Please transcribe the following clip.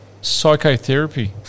psychotherapy